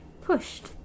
pushed